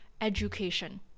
education